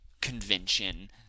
convention